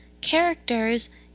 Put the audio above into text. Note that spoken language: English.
characters